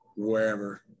wherever